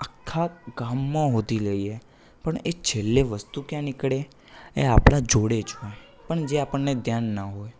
આખા ગામમાં શોધી લઈએ પણ એ છેલ્લે વસ્તુ ક્યાં નીકળે એ આપણાં જોડે જ હોય પણ જે આપણને ધ્યાન ના હોય